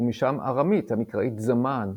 ומשם ארמית מקראית זמן,